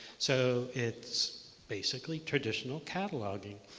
so it's basically traditional cataloging.